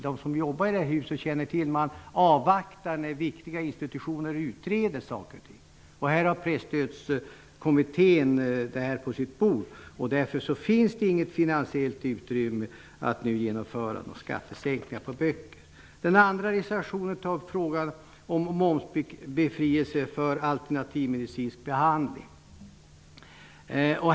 De som jobbar i detta hus vet att man avvaktar medan viktiga institutioner utreder saker och ting. Presstödskommittén har detta ärende på sitt bord. Därför finns det inget finansiellt utrymme att nu genomföra en sänkning av momsen på böcker. I den andra reservationen tar man upp frågan om momsbefrielse för alternativmedicinsk behandling.